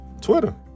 Twitter